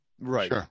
Right